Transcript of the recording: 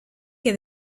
que